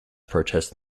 protest